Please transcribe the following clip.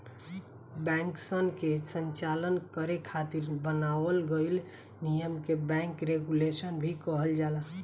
बैंकसन के संचालन करे खातिर बनावल गइल नियम के बैंक रेगुलेशन भी कहल जाला